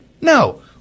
No